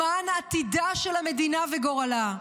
למענה עתידה של המדינה וגורלה.